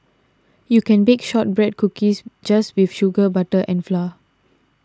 you can bake Shortbread Cookies just with sugar butter and flour